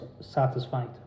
satisfied